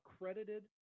accredited